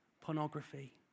pornography